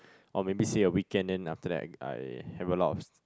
or maybe say a weekend then after that I I have a lot of